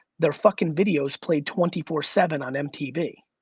their fuckin' videos played twenty four seven on mtv.